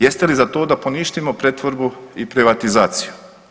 Jeste li za to da poništimo pretvorbu i privatizaciju?